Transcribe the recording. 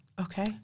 Okay